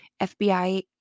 FBI